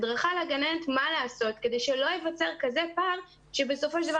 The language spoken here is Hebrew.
הדרכה לגננת מה לעשות כדי שלא ייווצר פער כזה שבסופו של דבר